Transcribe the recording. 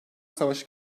savaşı